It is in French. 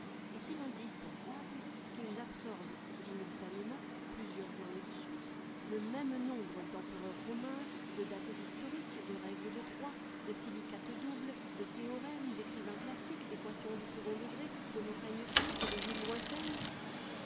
est-il indispensable qu'ils absorbent simultanément plusieurs années de suite le même nombre d'empereurs romains de dates historiques de règles de trois de silicates doubles de théorèmes d'écrivains classiques d'équations du second degré de montagnes suisses et de villes lointaines